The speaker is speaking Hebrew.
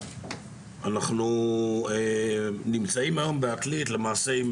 אנחנו נמצאים היום בעתלית למעשה עם